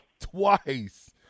Twice